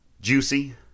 Juicy